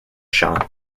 shot